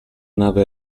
nave